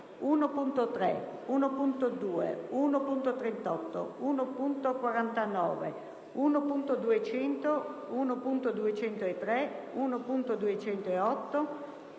1.3, 1.2, 1.38, 1.49, 1.200, 1.203, 1.208,